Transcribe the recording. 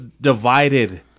divided